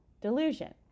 delusion